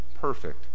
perfect